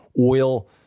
oil